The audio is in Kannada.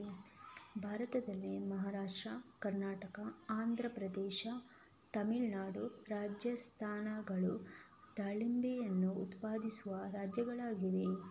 ಭಾರತದಲ್ಲಿ ಮಹಾರಾಷ್ಟ್ರ, ಕರ್ನಾಟಕ, ಆಂಧ್ರ ಪ್ರದೇಶ, ತಮಿಳುನಾಡು, ರಾಜಸ್ಥಾನಗಳು ದಾಳಿಂಬೆಯನ್ನು ಉತ್ಪಾದಿಸುವ ರಾಜ್ಯಗಳಾಗಿವೆ